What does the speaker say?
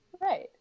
Right